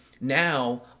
now